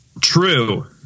True